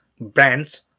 brands